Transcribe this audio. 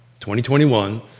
2021